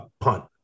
punt